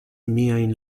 miajn